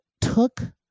took